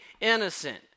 innocent